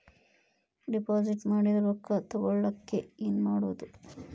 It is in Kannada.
ಡಿಪಾಸಿಟ್ ಮಾಡಿದ ರೊಕ್ಕ ತಗೋಳಕ್ಕೆ ಏನು ಮಾಡೋದು?